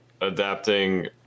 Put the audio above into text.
adapting